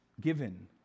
given